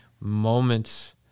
moments